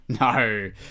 no